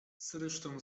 zresztą